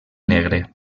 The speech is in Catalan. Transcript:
negre